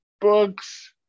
books